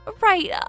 Right